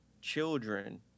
children